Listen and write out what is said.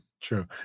true